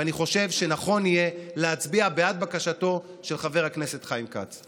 ואני חושב שנכון יהיה להצביע בעד בקשתו של חבר הכנסת חיים כץ.